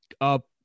up